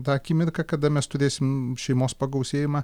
tą akimirką kada mes turėsim šeimos pagausėjimą